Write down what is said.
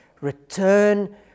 return